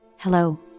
Hello